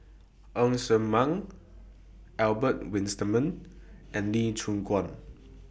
Ng Ser Miang Albert Winsemius and Lee Choon Guan